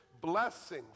blessing